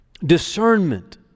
discernment